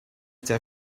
der